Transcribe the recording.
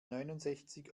neunundsechzig